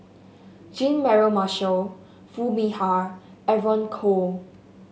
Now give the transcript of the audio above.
Jean Mary Marshall Foo Mee Har and Evon Kow